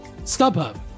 StubHub